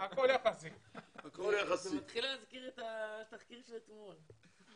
זה מתחיל להזכיר את התחקיר של אתמול.